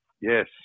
Yes